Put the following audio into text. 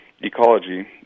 ecology